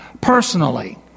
personally